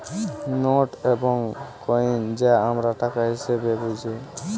note এবং coin যা আমরা টাকা হিসেবে বুঝি